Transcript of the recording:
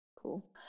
Cool